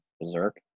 berserk